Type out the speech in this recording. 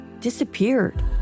disappeared